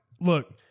Look